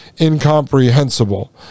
incomprehensible